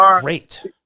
great